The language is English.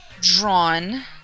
drawn